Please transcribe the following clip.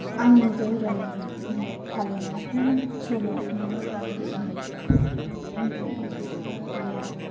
आंनि धोरोम फालिनाय आरो सल' मेथाइ गैया